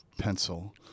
pencil